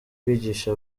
kwigisha